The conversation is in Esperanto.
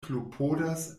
klopodas